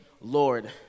Lord